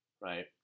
right